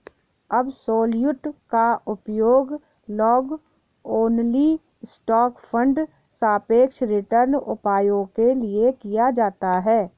absolute का उपयोग long only stock fund सापेक्ष रिटर्न उपायों के लिए किया जाता है